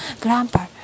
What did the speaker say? Grandpa